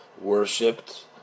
worshipped